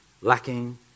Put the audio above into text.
lacking